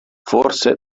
forse